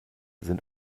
sind